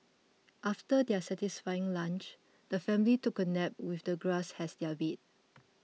after their satisfying lunch the family took a nap with the grass has their bed